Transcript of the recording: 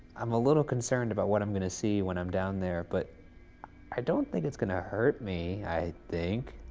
i'm a little concerned about what i'm gonna see when i'm down there, but i don't think it's gonna hurt me, i think.